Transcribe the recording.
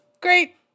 Great